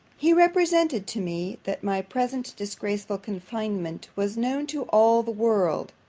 he represented to me, that my present disgraceful confinement was known to all the world